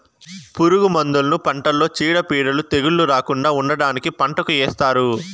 పురుగు మందులను పంటలో చీడపీడలు, తెగుళ్ళు రాకుండా ఉండటానికి పంటకు ఏస్తారు